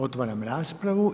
Otvaram raspravu.